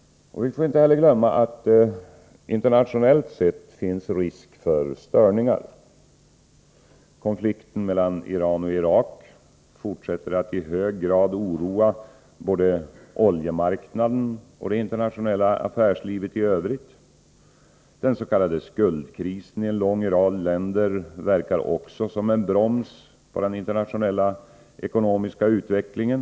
Vi får inte heller glömma att det internationellt finns risk för störningar. Konflikten mellan Iran och Irak fortsätter att i hög grad oroa både oljemarknaden och det internationella affärslivet i övrigt. Den s.k. skuldkrisen i en lång rad länder verkar också som en broms på den internationella ekonomiska utvecklingen.